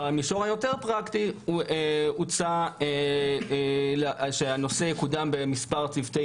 במישור הפרקטי יותר הוצע שהנושא יקודם על ידי מספר צוותי